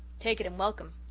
take it and welcome.